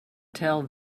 tell